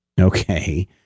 Okay